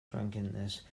drunkenness